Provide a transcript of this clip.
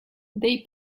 they